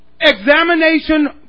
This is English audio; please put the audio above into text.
Examination